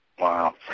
Wow